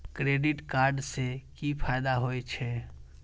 Credit card से कि फायदा होय छे?